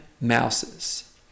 mouses